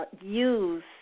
use